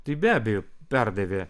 tai be abejo perdavė